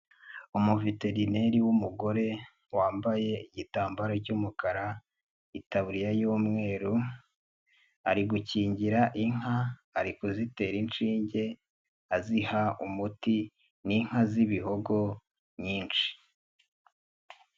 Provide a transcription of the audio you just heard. Umuveterineri w'umugore wambaye igitambaro cy'umukara, itaburiya y'umweru ari gukingira inka. Ari kuzitera inshinge aziha umuti ni inka z'ibihogo nyinshi.